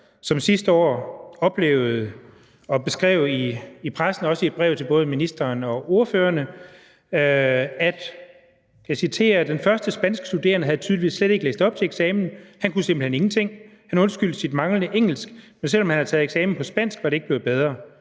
som hun også beskrev i pressen og i et brev til ministeren og ordførerne: »Den første spanske studerende havde tydeligvis slet ikke læst op til eksamen, han kunne simpelthen ingenting. Han undskyldte over sit manglende engelsk, men selvom han havde taget eksamen på spansk, var det ikke blevet bedre.